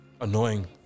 Annoying